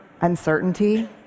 uncertainty